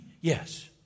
yes